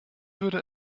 würde